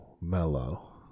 mellow